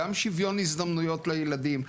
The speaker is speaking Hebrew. גם שוויון הזדמנויות לילדים,